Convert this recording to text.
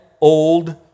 old